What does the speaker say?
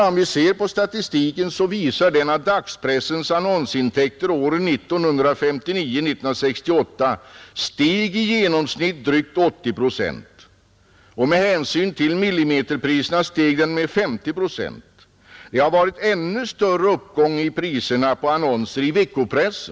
Men om vi ser på statistiken så visar den att dagspressens annonsintäkter under åren 1959—1968 steg i genomsnitt med drygt 80 procent och med avseende på millimeterpriserna steg de med 50 procent. Det har varit större uppgång i priserna på annonser i veckopressen.